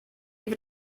wird